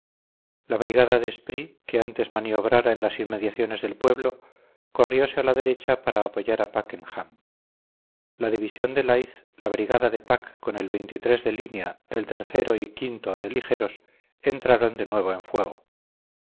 la brigada de spry que antes maniobrara en las inmediaciones del pueblo corriose a la derecha para apoyar a packenham la división de leith la brigada de pack con el de línea el o y o de ligeros entraron de nuevo en fuego